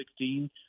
2016